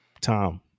Tom